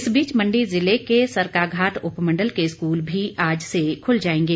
इस बीच मंडी जिले के सरकाघाट उपमंडल के स्कूल भी आज से खुल जाएंगे